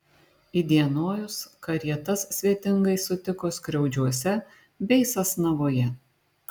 įdienojus karietas svetingai sutiko skriaudžiuose bei sasnavoje